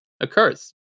occurs